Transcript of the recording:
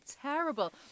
terrible